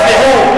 תשמחו.